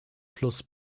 plus